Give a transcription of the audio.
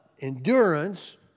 endurance